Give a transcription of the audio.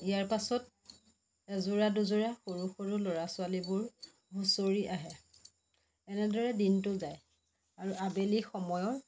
ইয়াৰ পাছত এযোৰা দুযোৰা সৰু সৰু ল'ৰা ছোৱালীবোৰ হুঁচৰি আহে এনেদৰে দিনটো যায় আৰু আবেলি সময়ত